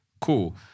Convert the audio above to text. cool